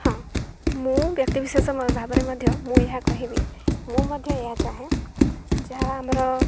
ହଁ ମୁଁ ବ୍ୟକ୍ତିିବିଶେଷ ଭାବରେ ମଧ୍ୟ ମୁଁ ଏହା କହିବି ମୁଁ ମଧ୍ୟ ଏହା ଚାହେଁ ଯାହା ଆମର